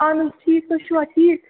اہن حظ ٹھیٖک تُہۍ چھُوا ٹھیٖک